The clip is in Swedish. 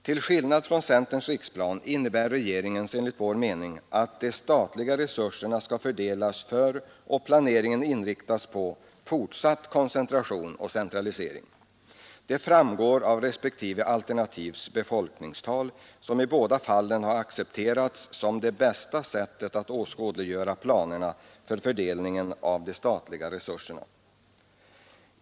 Till skillnad från centerns riksplan innebär regeringens enligt vår mening att de statliga resurserna skall fördelas för och planeringen inriktas på fortsatt koncentration och centralisering. Det framgår av respektive alternativs befolkningstal, som i båda fallen har accepterats som det bästa sättet att åskådliggöra planerna för fördelningen av de statliga resurserna.